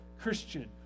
Christian